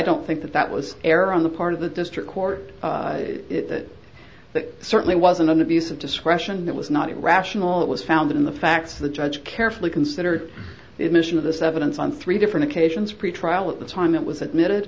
don't think that that was err on the part of the district court that that certainly wasn't an abuse of discretion it was not rational it was found in the facts the judge carefully considered the admission of this evidence on three different occasions pretrial at the time it was admitted